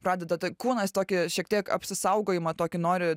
pradeda kūnas tokį šiek tiek apsisaugojimą tokį nori